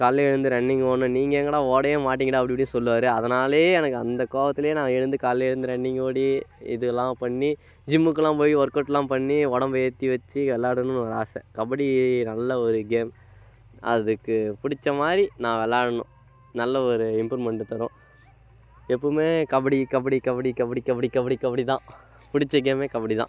காலையில் எழுந்து ரன்னிங் ஓடணும் நீங்கள் எங்கேடா ஓடவே மாட்டிங்கடா அப்படி இப்படி சொல்வாரு அதனாலையே எனக்கு அந்த கோவத்துலேயே நான் எழுந்து காலையில் எழுந்து ரன்னிங் ஓடி இதலாம் பண்ணி ஜிம்முக்கெல்லாம் போய் ஒர்க் அவுட்லாம் பண்ணி உடம்பு ஏற்றி வெச்சு விளாடணும்னு ஆசை கபடி நல்ல ஒரு கேம் அதுக்கு பிடிச்ச மாதிரி நான் விளாடணும் நல்ல ஒரு இம்ப்ரூவ்மெண்ட்டை தரும் எப்பவும் கபடி கபடி கபடி கபடி கபடி கபடி கபடி தான் பிடிச்ச கேமே கபடி தான்